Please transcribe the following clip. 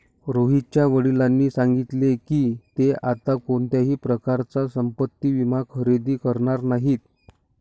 रोहितच्या वडिलांनी सांगितले की, ते आता कोणत्याही प्रकारचा संपत्ति विमा खरेदी करणार नाहीत